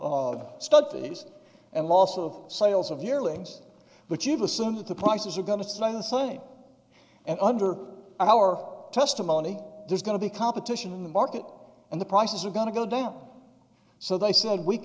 of studies and loss of sales of your legs but you've assumed that the prices are going to stay the slave and under our testimony there's going to be competition in the market and the prices are going to go down so they said we